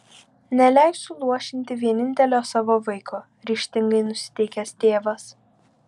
neleisiu luošinti vienintelio savo vaiko ryžtingai nusiteikęs tėvas